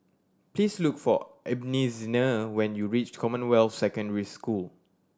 please look for Ebenezer when you reach Commonwealth Secondary School